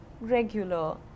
regular